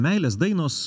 meilės dainos